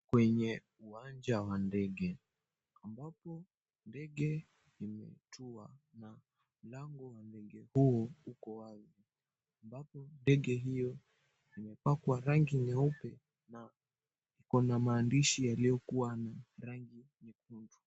Kwenye uwanja wa ndege ambapo ndege imetua na mlango wa ndege huo uko wazi ambapo ndege hio imepakwa rangi nyeupe na iko na maandishi yaliyokua na rangi nyekundu.